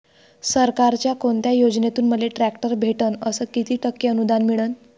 सरकारच्या कोनत्या योजनेतून मले ट्रॅक्टर भेटन अस किती टक्के अनुदान मिळन?